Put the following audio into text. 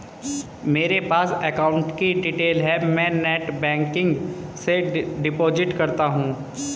मेरे पास अकाउंट की डिटेल है मैं नेटबैंकिंग से डिपॉजिट करता हूं